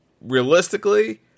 realistically